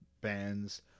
bands